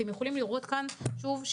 אתם יכולים לראות כאן שוב,